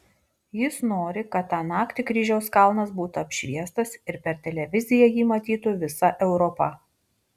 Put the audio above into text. jis nori kad tą naktį kryžiaus kalnas būtų apšviestas ir per televiziją jį matytų visa europa